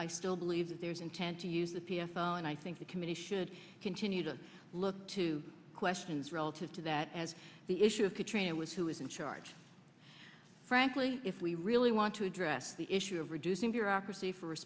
i still believe that there's intent to use the p f and i think the committee should continue to look to questions relative to that as the issue of katrina was who is in charge frankly if we really want to address the issue of reducing bureaucracy for